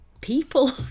people